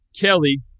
Kelly